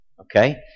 Okay